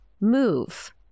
move